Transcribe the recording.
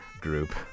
group